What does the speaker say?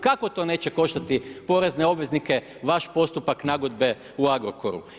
Kako to neće koštati porezne obveznike, vaš postupak nagodbe u Agrokoru?